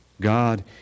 God